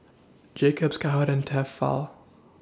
Jacob's Cowhead and Tefal